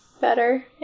better